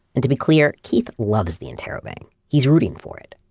and to be clear, keith loves the interrobang. he's rooting for it.